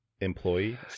employee